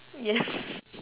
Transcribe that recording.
yes